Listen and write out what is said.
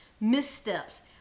missteps